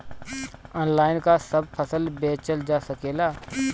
Online का सब फसल बेचल जा सकेला?